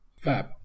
Fab